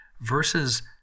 versus